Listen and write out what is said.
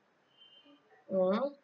mm